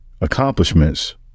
accomplishments